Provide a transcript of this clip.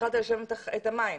התחלת לשלם את המים,